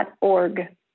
org